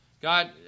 God